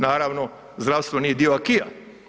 Naravno, zdravstvo nije dio AKI-a.